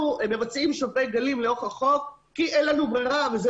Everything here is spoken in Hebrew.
אנחנו מבצעים שוברי גלים לאורך החוף כי אין לנו ברירה וזה